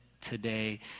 today